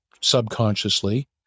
subconsciously